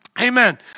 Amen